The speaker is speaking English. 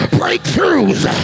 breakthroughs